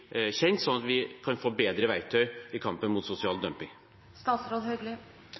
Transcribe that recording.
kjent, sånn at vi kan få bedre verktøy i kampen mot sosial